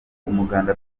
umuganda